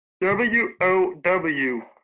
W-O-W